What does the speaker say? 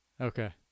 Okay